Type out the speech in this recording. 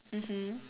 mmhmm